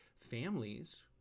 families